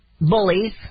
bullies